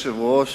אדוני היושב-ראש,